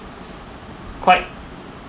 quite